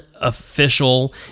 official